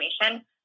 information